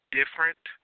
different